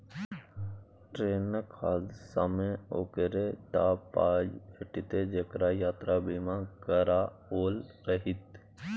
ट्रेनक हादसामे ओकरे टा पाय भेटितै जेकरा यात्रा बीमा कराओल रहितै